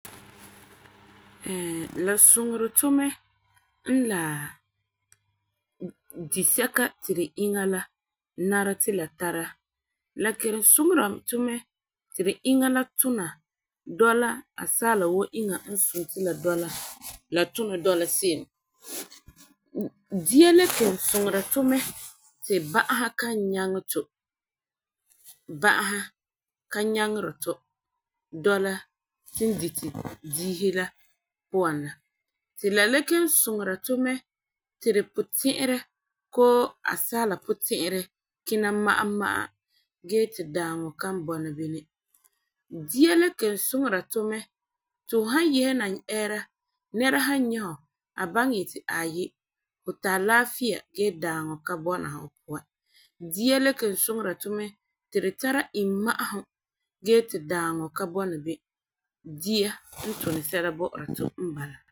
la suŋeri tu mɛ n la di sɛka ti ti iŋa la nari ti la nara ti la tara. La kelum suŋera tu mɛ ti ti iŋa la tuna dɔla asaala woo inya n suni ti la tuna dɔla se'em. Dia la kelum suŋera tu mɛ ti ba'ahe ka nyaŋɛ tu, ba'ahe ka nyaŋeri tu dola tu diti dihi la puan la. La le kelum suŋera tu mɛ ti ti puti'irɛ koo asaala puti'irɛ kina ma'a ma'a gee ti daaŋɔ kan bɔna bini. Dia la kelum suŋera tu mɛ ti han yehena eera nɛra han nyɛ hu a baŋɛ yeti aayi hu tari laafia gee daaŋɔ ka bɔna fu puan. Dia le kelum suŋera tu mɛ ti tu tara imma'asum gee ti daaŋɔ ka bɔna bini. Dia n tuni sɛla bɔ'ɔra tu n bala.